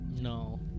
No